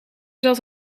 zat